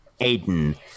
aiden